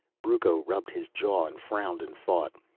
brucco rubbed his jaw and frowned in thought.